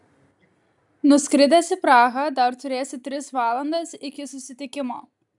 nuskridęs į prahą dar turėsi tris valandas iki susitikimo